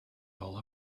all